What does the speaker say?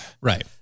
Right